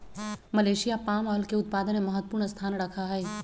Malaysia palm oil के उत्पादन में महत्वपूर्ण स्थान रखा हई